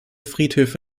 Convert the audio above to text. friedhöfe